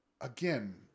again